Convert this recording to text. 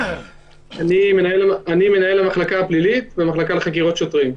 אני מנהל המחלקה הפלילית במחלקה לחקירות שוטרים.